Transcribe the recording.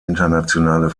internationale